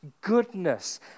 goodness